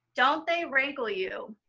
don't they rankle you?